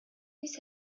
ließ